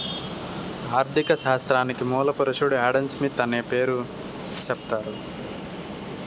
ఆర్ధిక శాస్త్రానికి మూల పురుషుడు ఆడంస్మిత్ అనే పేరు సెప్తారు